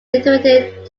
situated